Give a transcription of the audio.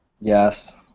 Yes